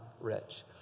rich